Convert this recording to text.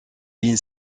ligne